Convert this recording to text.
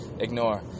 ignore